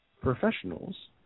professionals